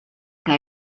que